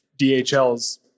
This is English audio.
DHL's